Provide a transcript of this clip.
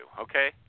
Okay